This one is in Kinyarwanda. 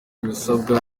ibisabwa